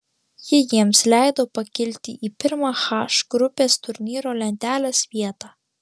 ji jiems leido pakilti į pirmą h grupės turnyro lentelės vietą